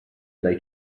dai